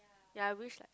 yea I wish like